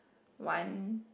one